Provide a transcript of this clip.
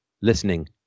listening